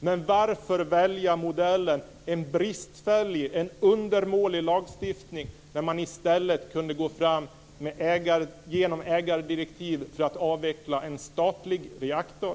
Men varför välja modellen med en undermålig lagstiftning i stället för att använda sig av ägardirektiv för att avveckla en statlig reaktor?